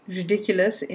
ridiculous